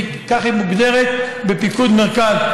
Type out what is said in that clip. ככה היא מוגדרת בפיקוד מרכז,